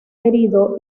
herido